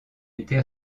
été